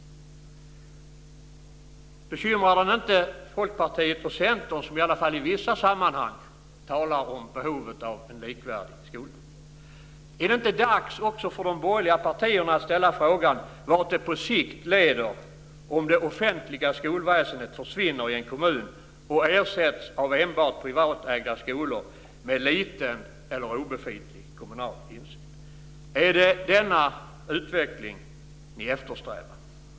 Bekymrar den inte Folkpartiet och Centern, som i alla fall i vissa sammanhang talar om behovet av en likvärdig skola? Är det inte dags för de borgerliga partierna att ställa frågan vart det på sikt leder om det offentliga skolväsendet försvinner i en kommun och ersätts av enbart privatägda skolor med liten eller obefintlig kommunal insyn? Är det den utvecklingen ni eftersträvar?